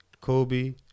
Kobe